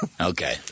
Okay